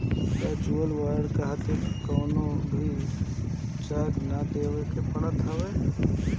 virtual card खातिर कवनो भी चार्ज ना देवे के पड़त हवे